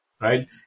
right